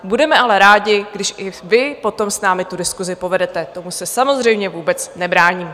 Budeme ale rádi, když i vy potom s námi tu diskusi povedete, tomu se samozřejmě vůbec nebráním.